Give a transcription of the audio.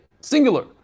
singular